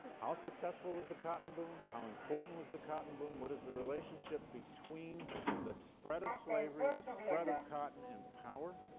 how successful was the cotton boom, how important was the cotton boom, what is the relationship between the spread of slavery, the spread of cotton, and power?